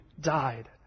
died